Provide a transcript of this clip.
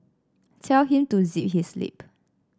tell him to zip his lip